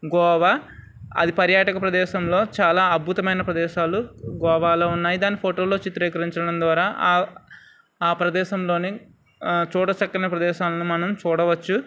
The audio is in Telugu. గోవా అది పర్యాటక ప్రదేశంలో చాలా అద్భుతమైన ప్రదేశాలు గోవాలో ఉన్నాయి దాని ఫోటోలో చిత్రీకరించడం ద్వారా ఆ ప్రదేశంలో చూడచక్కని ప్రదేశాలను మనం చూడవచ్చు